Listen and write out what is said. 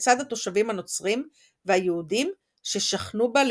לצד התושבים הנוצרים והיהודים ששכנו בה לפנים.